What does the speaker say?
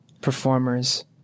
performers